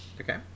Okay